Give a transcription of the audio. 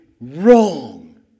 wrong